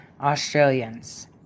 Australians